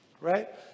right